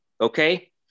Okay